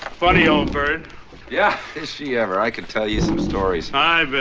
funny old bird yeah is she ever i could tell you some stories. i've been